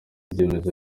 ibyemezo